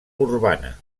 urbana